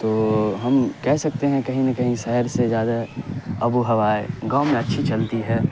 تو ہم کہہ سکتے ہیں کہیں نہ کہیں شہر سے زیادہ آب و ہوا گاؤں میں اچھی چلتی ہے